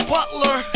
Butler